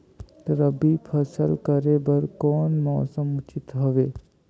रबी फसल करे बर कोन मौसम उचित हवे?